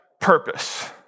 purpose